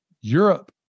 Europe